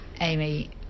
Amy